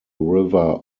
river